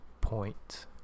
point